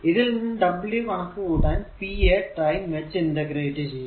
ഇതിൽ നിന്നും w കണക്കു കൂട്ടാൻ p യെ ടൈം വച്ച് ഇന്റഗ്രേറ്റ് ചെയ്യുക